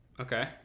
Okay